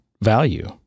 value